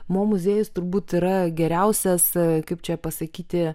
mo muziejus turbūt yra geriausias kaip čia pasakyti